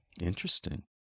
Interesting